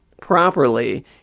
properly